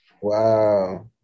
wow